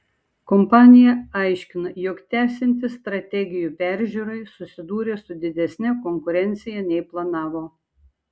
kompanija aiškina jog tęsiantis strategijų peržiūrai susidūrė su didesne konkurencija nei planavo